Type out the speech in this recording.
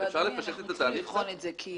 אדוני, אנחנו רוצים לבחון את זה כי